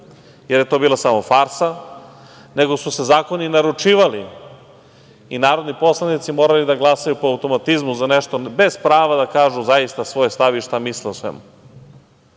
jer je to bila samo farsa, nego su se zakoni naručivali i narodni poslanici morali da glasaju po automatizmu za nešto, bez prava da kažu zaista svoj stav i šta misle o svemu. Srbija